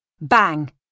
bang